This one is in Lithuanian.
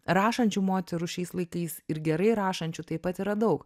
rašančių moterų šiais laikais ir gerai rašančių taip pat yra daug